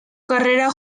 carrera